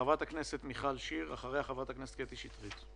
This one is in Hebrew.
חברת הכנסת מיכל שיר, אחריה חברת הכנסת קטי שטרית.